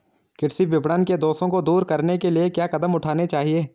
कृषि विपणन के दोषों को दूर करने के लिए क्या कदम उठाने चाहिए?